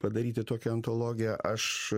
padaryti tokią antologiją aš